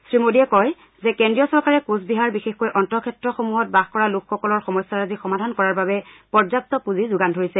শ্ৰীমোদীয়ে কয় যে কেন্দ্ৰীয় চৰকাৰে কোচবিহাৰ বিশেষকৈ অন্তঃক্ষেত্ৰসমূহত বাস কৰা লোকসকলৰ সমস্যা ৰাজি সমাধান কৰাৰ বাবে পৰ্যাপ্ত পূঁজি যোগান ধৰিছে